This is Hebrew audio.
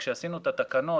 עת עשינו את התקנות,